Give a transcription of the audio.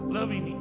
Loving